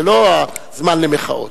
זה לא הזמן למחאות.